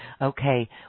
Okay